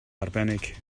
arbennig